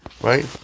right